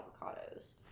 avocados